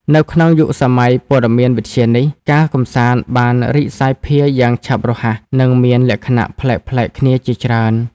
នៅក្នុងយុគសម័យព័ត៌មានវិទ្យានេះ ការកម្សាន្តបានរីកសាយភាយយ៉ាងឆាប់រហ័ស និងមានលក្ខណៈប្លែកៗគ្នាជាច្រើន។